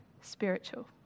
spiritual